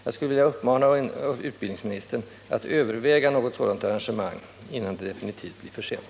Jag skulle vilja uppmana utbildningsministern att överväga något sådant arrangemang, innan det definitivt blir för sent.